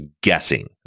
guessing